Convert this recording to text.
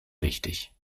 wichtig